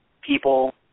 people